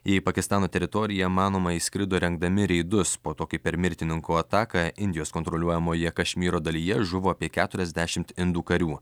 į pakistano teritoriją manoma įskrido rengdami reidus po to kai per mirtininko ataką indijos kontroliuojamoje kašmyro dalyje žuvo apie keturiasdešimt indų karių